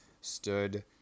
Stood